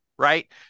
Right